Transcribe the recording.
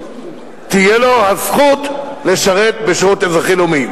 תהיה לו הזכות לשרת בשירות אזרחי לאומי.